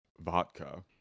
vodka